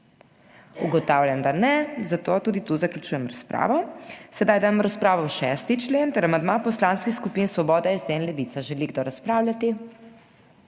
Ugotavljam, da ne, zato tudi tu zaključujem razpravo. Sedaj dajem v razpravo 6. člen ter amandma poslanskih skupin Svoboda, SD in Levica. Želi kdo razpravljati?